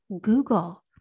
Google